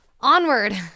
onward